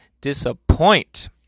disappoint